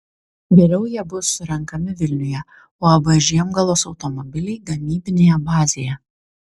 vėliau jie bus surenkami vilniuje uab žiemgalos automobiliai gamybinėje bazėje